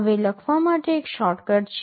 હવે લખવા માટે એક શોર્ટકટ છે